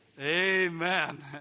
Amen